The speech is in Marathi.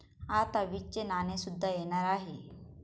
आता वीसचे नाणे सुद्धा येणार आहे